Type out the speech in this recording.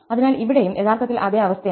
അതിനാൽ ഇവിടെയും യഥാർത്ഥത്തിൽ അതേ അവസ്ഥയാണ്